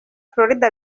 florida